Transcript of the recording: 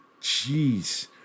Jeez